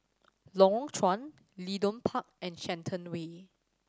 Lorong Chuan Leedon Park and Shenton Way